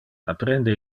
apprende